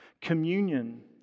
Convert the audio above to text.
Communion